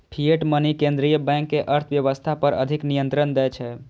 fiat money केंद्रीय bank कें अर्थव्यवस्था पर अधिक नियंत्रण दै छै